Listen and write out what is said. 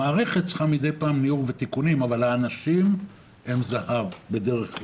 המערכת צריכה מידי פעם ניעור ותיקונים אבל האנשים הם זהב בדרך כלל.